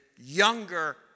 younger